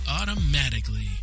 automatically